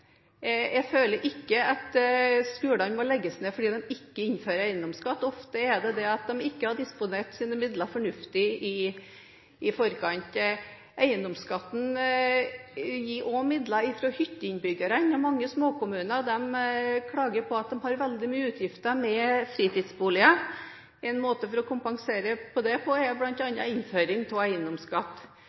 Jeg føler ikke at skolene må legges ned fordi en ikke innfører eiendomsskatt. Ofte er det det at en ikke har disponert sine midler fornuftig i forkant. Eiendomsskatten gir også midler fra hytteinnbyggerne. Mange småkommuner klager over at de har veldig mange utgifter med fritidsboliger. En måte å kompensere det på er bl.a. å innføre eiendomsskatt.